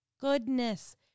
goodness